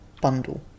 Bundle